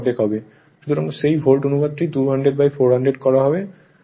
সুতরাং সেই ভোল্ট অনুপাতটি 200400 কল হয়